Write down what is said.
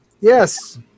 Yes